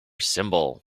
symbol